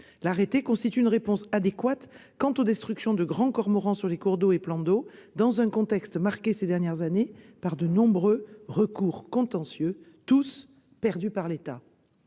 Celui-ci constitue une réponse adéquate aux destructions causées par les grands cormorans sur les cours d'eau et plans d'eau, dans un contexte marqué au cours des dernières années par de nombreux recours contentieux, tous perdus par l'État.